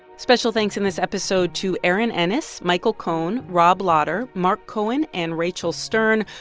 special thanks in this episode to erin ennis, michael cone, rob lodder, mark cohen and rachel stern.